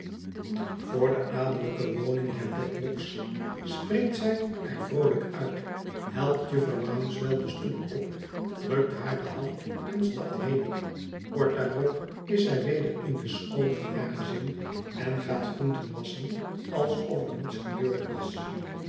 yoor de adellijke woning der dedlock's springt zij er vroolijk uit helpt jufvrouw rouncewell de stoep op drukt haar de hand en stapt heen kort daarop is zij weder in den schoot van haar gezin en gaat groenten wasschen alsof er niets gebeurd was